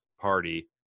party